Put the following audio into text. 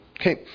Okay